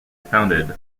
founded